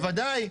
בוודאי.